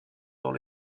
dans